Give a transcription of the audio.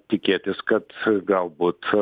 tikėtis kad galbūt